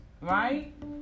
right